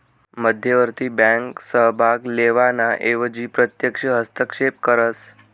मध्यवर्ती बँक सहभाग लेवाना एवजी प्रत्यक्ष हस्तक्षेपच करस